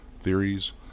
theories